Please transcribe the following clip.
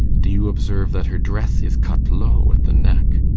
do you observe that her dress is cut low at the neck,